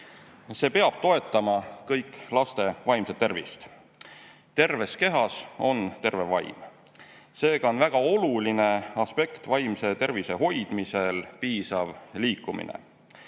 See peab toetama laste vaimset tervist. Terves kehas on terve vaim. Seega on väga oluline aspekt vaimse tervise hoidmisel piisav liikumine.